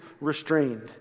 restrained